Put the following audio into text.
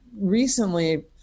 recently